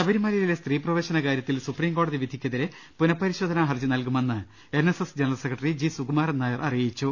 ശബരിമലയിലെ സ്ത്രീ പ്രവേശന കാര്യത്തിൽ സുപ്രീംകോടതി വിധിക്കെതിരെ പുനഃപരിശോധനാ ഹർജി നൽകുമെന്ന് N S S general secretary G Sukumaran Nair അറിയിച്ചു